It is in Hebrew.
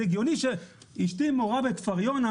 זה הגיוני שאשתי מורה בכפר יונה,